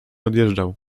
odjeżdżał